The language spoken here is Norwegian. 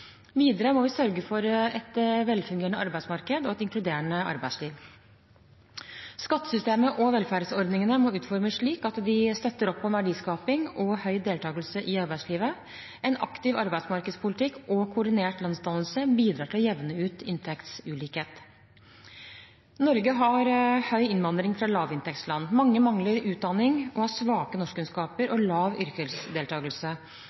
Videre må vi sørge for et velfungerende arbeidsmarked og et inkluderende arbeidsliv. Skattesystemet og velferdsordningene må utformes slik at de støtter opp om verdiskaping og høy deltakelse i arbeidslivet. En aktiv arbeidsmarkedspolitikk og koordinert lønnsdannelse bidrar til å jevne ut inntektsulikhet. Norge har høy innvandring fra lavinntektsland. Mange mangler utdanning og har svake norskkunnskaper